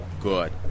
good